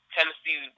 Tennessee